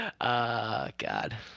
God